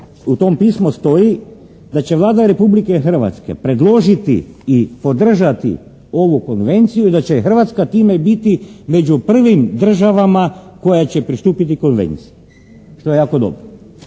u tom pismu stoji da će Vlada Republike Hrvatske predložiti i podržati ovu konvenciju i da će Hrvatska time biti među prvim državama koja će pristupiti konvenciji što je jako dobro.